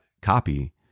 copy